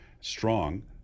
strong